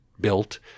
built